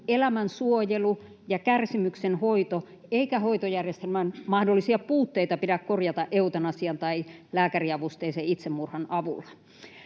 elämän suojelu ja kärsimyksen hoito, eikä hoitojärjestelmän mahdollisia puutteita pidä korjata eutanasian tai lääkäriavusteisen itsemurhan avulla.